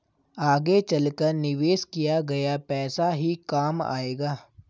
आगे चलकर निवेश किया गया पैसा ही काम आएगा